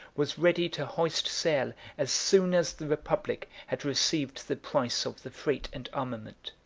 was ready to hoist sail as soon as the republic had received the price of the freight and armament.